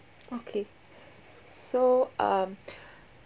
okay so um